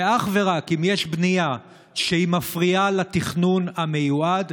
ואך ורק אם יש בנייה שמפריעה לתכנון המיועד,